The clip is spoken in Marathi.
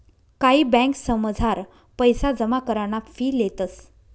कायी ब्यांकसमझार पैसा जमा कराना फी लेतंस